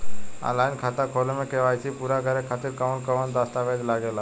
Online खाता खोले में के.वाइ.सी पूरा करे खातिर कवन कवन दस्तावेज लागे ला?